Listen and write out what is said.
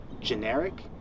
generic